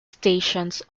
stations